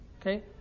Okay